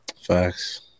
facts